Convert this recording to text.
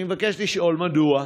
אני מבקש לשאול: 1. מדוע?